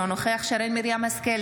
אינו נוכח שרן מרים השכל,